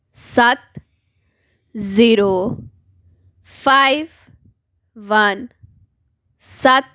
ਸੱਤ zero five one ਸੱਤ